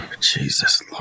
Jesus